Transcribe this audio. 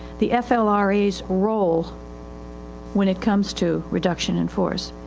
the flrais role when it comes to reduction in force.